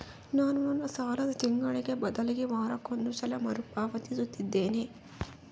ನಾನು ನನ್ನ ಸಾಲನ ತಿಂಗಳಿಗೆ ಬದಲಿಗೆ ವಾರಕ್ಕೊಂದು ಸಲ ಮರುಪಾವತಿಸುತ್ತಿದ್ದೇನೆ